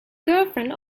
girlfriend